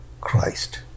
Christ